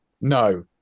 No